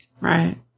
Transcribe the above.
Right